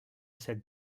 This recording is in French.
cette